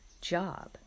job